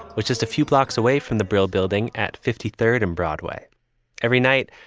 which is a few blocks away from the brill building at fifty third and broadway every night.